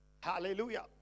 Hallelujah